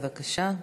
בבקשה.